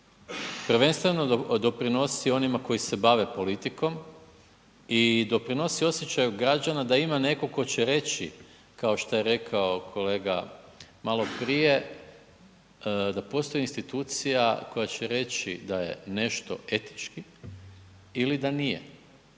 Prvenstveno doprinosi onima koji se bave politikom i doprinosi osjećaju građana da ima netko tko će reći kao što je rekao kolega maloprije da postoji institucija koja će reći da je nešto etički ili da nije